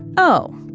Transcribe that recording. oh,